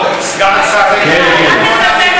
ולגבי התקציב,